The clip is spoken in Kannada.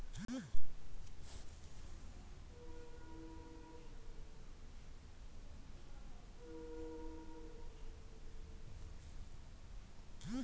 ರಾಷ್ಟ್ರೀಯ ತೋಟಗಾರಿಕಾ ಮಂಡಳಿ ಎನ್.ಎಚ್.ಬಿ ಹರಿಯಾಣ ರಾಜ್ಯದ ಗೂರ್ಗಾವ್ನಲ್ಲಿದೆ